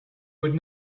would